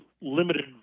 limited